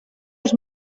els